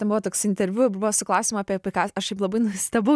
ten buvo toks interviu su klausimu apie pika aš šiaip labai nustebau